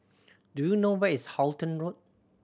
do you know where is Halton Road